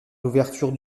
l’ouverture